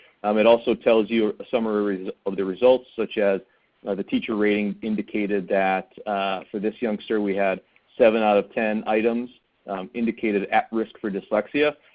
um it also tells you a summary of the results such as the teacher rating indicated that for this youngster we had seven out of ten items indicated at-risk for dyslexia.